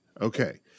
Okay